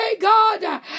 god